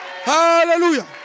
Hallelujah